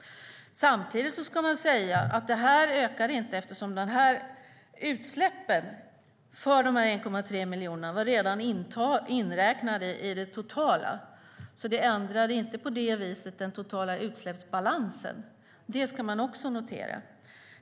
Samtidigt ska man säga att utsläppen för de här 1,3 miljonerna redan var inräknade i det totala. Det ändrade alltså inte på det viset den totala utsläppsbalansen. Det ska man också notera.